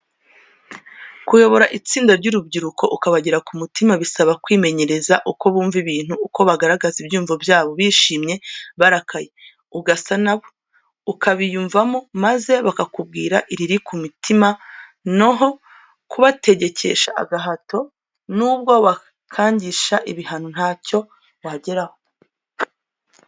Kuyobora itsinda ry'urubyiruko, ukabagera ku mutima, bisaba kwimenyereza uko bumva ibintu, uko bagaragaza ibyiyumvo byabo, bishimye, barakaye, ugasa na bo, ukabiyumvamo, maze bakakubwira iriri ku mutima na ho kubategekesha agahato n'ubwo wabakangisha ibihano nta cyo wageraho.